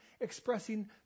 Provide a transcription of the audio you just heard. expressing